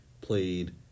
played